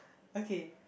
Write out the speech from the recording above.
okay